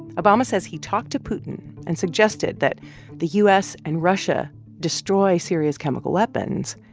obama says he talked to putin and suggested that the u s. and russia destroy syria's chemical weapons,